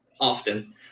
often